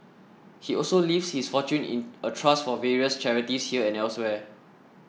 he also leaves his fortune in a trust for various charities here and elsewhere